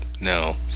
No